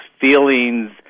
feelings